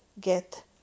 get